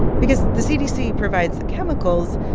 because the cdc provides the chemicals,